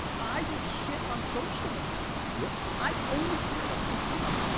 i will shit on social one day. yeah i only care about the consumer,